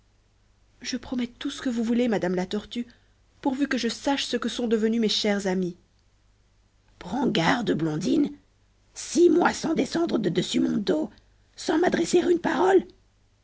je promets tout ce que vous voulez madame la tortue pourvu que je sache ce que sont devenus mes chers amis prends garde blondine six mois sans descendre de dessus mon dos sans m'adresser une parole